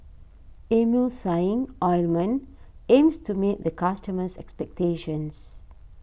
Emulsying Ointment aims to meet the customers' expectations